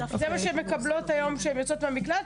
זה מה שהן מקבלות היום כשהן יוצאות מהמקלט,